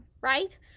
right